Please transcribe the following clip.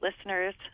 listeners